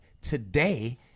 Today